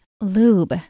lube